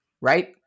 right